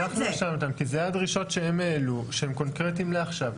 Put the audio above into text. אנחנו ישבנו איתם כי זה הדרישות שהם העלו שהם קונקרטיים לעכשיו,